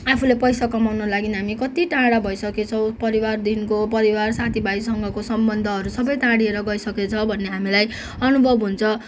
आफुले पैसा कमाउन लागि कति टाढा भइसकेछौँ परिवारदेखिको परिवार साथीभाइसँगको सम्बन्धहरू सबै टाढिएर गइसकेछ भन्ने हामीलाई अनुभव हुन्छ